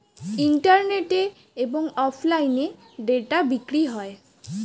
ইন্টারনেটে এবং অফলাইনে ডেটা বিক্রি হয়